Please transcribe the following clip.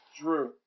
Drew